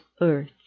earth